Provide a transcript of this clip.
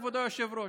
כבוד היושב-ראש.